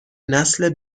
نسل